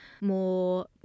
more